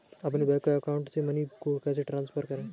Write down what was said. अपने bank account से money कैसे ट्रांसफर करें?